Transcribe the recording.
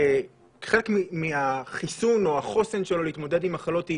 כחלק מהחיסון או החוסן שלו להתמודד עם מחלות,